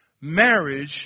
Marriage